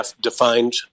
defined